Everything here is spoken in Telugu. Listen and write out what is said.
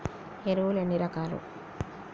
ఎరువులు ఎన్ని రకాలు?